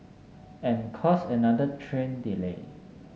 and cause another train delay